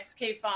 XK5